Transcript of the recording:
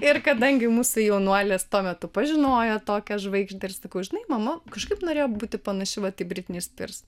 ir kadangi mūsų jaunuolis tuo metu pažinojo tokias žvaigždę ir sakau žinai mama kažkaip norėjo būti panaši vat į britni spirs